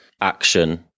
action